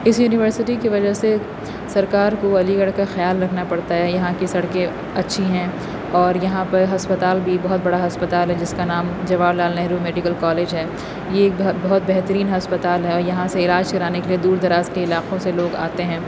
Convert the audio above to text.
اس university کی وجہ سے سرکار کو علی گڑھ کا خیال رکھنا پڑتا ہے یہاں کی سڑکیں اچھی ہیں اور یہاں پہ ہسپتال بھی بہت بڑا ہسپتال ہے جس کا نام جواہر لال نہرو میڈیکل کالج ہے یہ ایک بہت بہترین ہسپتال ہے اور یہاں سے علاج کرانے کے لیے دور دراز کے علاقوں سے لوگ آتے ہیں